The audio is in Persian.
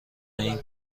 این